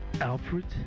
Alfred